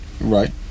Right